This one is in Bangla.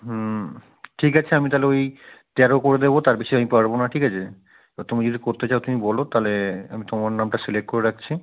হুম ঠিক আছে আমি তাহলে ওই তেরো করে দেবো তার বেশি আমি পারবো না ঠিক আছে তো তুমি যদি করতে চাও তুমি বলো তাহলে আমি তোমার নামটা সিলেক্ট করে রাখছি